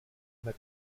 aver